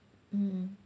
mm